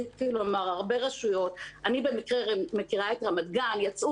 הרבה רשויות - אני במקרה מכירה את רמת גן יצאו